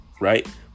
right